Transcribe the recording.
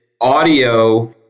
audio